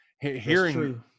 hearing